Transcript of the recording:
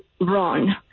wrong